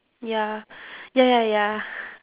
ya ya ya ya